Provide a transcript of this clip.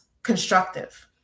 constructive